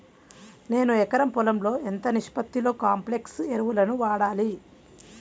నేను ఎకరం పొలంలో ఎంత నిష్పత్తిలో కాంప్లెక్స్ ఎరువులను వాడాలి?